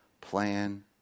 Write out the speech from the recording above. plan